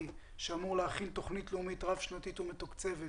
שאמור להכין תוכנית לאומית רב-שנתית ומתוקצבת